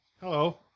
Hello